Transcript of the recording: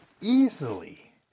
easily